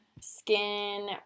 Skin